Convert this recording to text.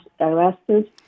arrested